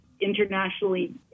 internationally